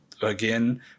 again